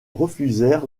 refusèrent